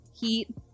heat